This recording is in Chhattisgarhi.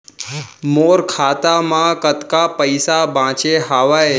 मोर खाता मा कतका पइसा बांचे हवय?